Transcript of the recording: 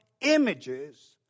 images